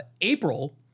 April